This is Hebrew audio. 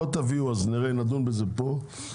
אם לא תביאו נדון בזה כאן.